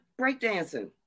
breakdancing